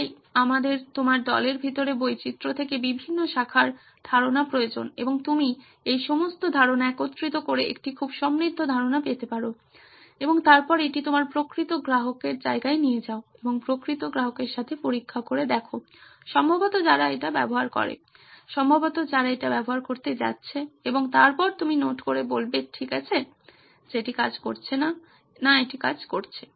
তাই আমাদের তোমার দলের ভিতরে বৈচিত্র্য থেকে বিভিন্ন শাখার ধারনা প্রয়োজন এবং তুমি এই সমস্ত ধারনা একত্রিত করে একটি খুব সমৃদ্ধ ধারণা পেতে পারো এবং তারপর এটি তোমার প্রকৃত গ্রাহকের জায়গায় নিয়ে যাও এবং প্রকৃত গ্রাহকদের সাথে পরীক্ষা করে দেখো সম্ভবত যারা এটি ব্যবহার করে সম্ভবত যারা এটি ব্যবহার করতে যাচ্ছে এবং তারপর তুমি নোট করে বলবে ঠিক আছে যে এটি কাজ করছে না না এটি কাজ করছে